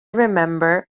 remember